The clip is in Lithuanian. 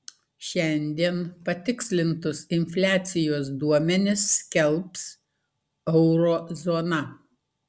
šiandien patikslintus infliacijos duomenis skelbs euro zona